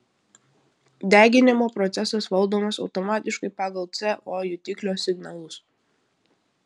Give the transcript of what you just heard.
deginimo procesas valdomas automatiškai pagal co jutiklio signalus